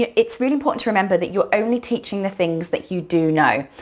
it's real important to remember that you are only teaching the things that you do know.